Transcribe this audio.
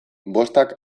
bostak